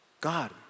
God